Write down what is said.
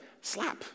slap